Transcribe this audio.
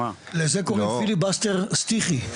לזה קוראים פיליבסטר סטיפי,